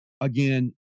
again